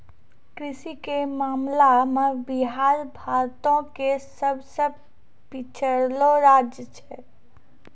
कृषि के मामला मे बिहार भारतो के सभ से पिछड़लो राज्य छै